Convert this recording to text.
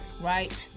Right